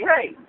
hey